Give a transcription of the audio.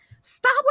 Stop